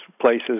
places